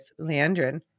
Leandrin